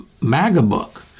Magabook